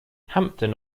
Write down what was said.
hampden